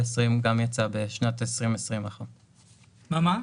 גם יצא בשנת 2020. מה?